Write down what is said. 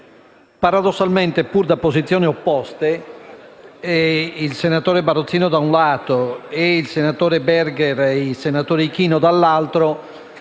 Paradossalmente, pur da posizioni opposte, il senatore Barozzino, da un lato, e i senatori Berger e Ichino, dall'altro,